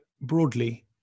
broadly